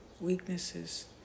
weaknesses